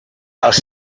els